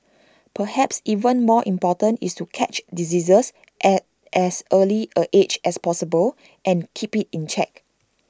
perhaps even more important is to catch diseases at as early A stage as possible and keep IT in check